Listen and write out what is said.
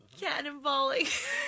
Cannonballing